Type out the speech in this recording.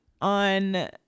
on